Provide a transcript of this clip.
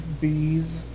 Bees